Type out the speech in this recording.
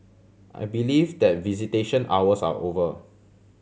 I believe that visitation hours are over